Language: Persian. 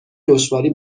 دشواری